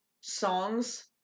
songs